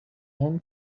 own